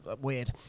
weird